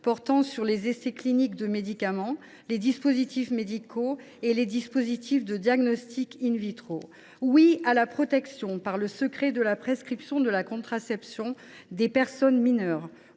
portant sur les essais cliniques de médicaments, les dispositifs médicaux et les dispositifs de diagnostic. Oui à la protection par le secret de la prescription de la contraception aux personnes mineures.